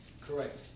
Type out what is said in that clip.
Correct